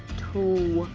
two,